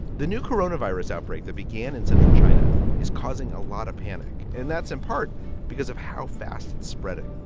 the new coronavirus outbreak that began in central china is causing a lot of panic, and that's in part because of how fast it's spreading.